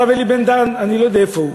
הרב אלי בן-דהן, אני לא יודע איפה הוא,